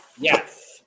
Yes